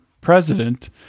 president